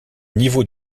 niveaux